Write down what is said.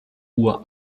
uhr